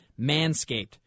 manscaped